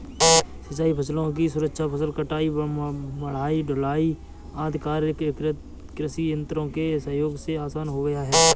सिंचाई फसलों की सुरक्षा, फसल कटाई, मढ़ाई, ढुलाई आदि कार्य कृषि यन्त्रों के सहयोग से आसान हो गया है